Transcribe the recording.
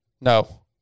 No